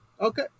Okay